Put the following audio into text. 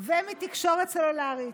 ומתקשורת סלולרית,